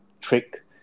trick